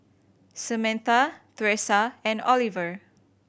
Samantha Thresa and Oliver